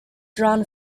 drawn